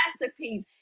masterpiece